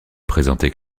présentée